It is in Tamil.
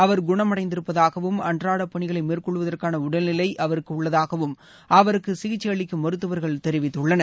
அவர் குணமடைந்திருப்பதாகவும் அன்றாட பணிகளை மேற்கொள்வதற்கான உடல் நிலை அவருக்கு உள்ளதாகவும் அவருக்கு சிகிச்சை அளிக்கும் மருத்துவர்கள் தெரிவித்துள்ளனர்